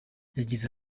yagize